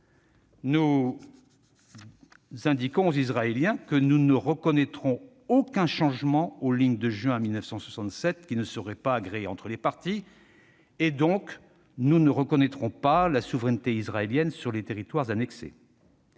nous indiquons aux Israéliens que nous ne reconnaîtrons aucun changement aux lignes de juin 1967 qui ne serait pas agréé entre les parties et que nous ne reconnaîtrons donc pas la souveraineté israélienne sur les territoires annexés.